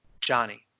Johnny